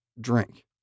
drink